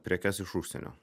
prekes iš užsienio